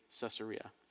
Caesarea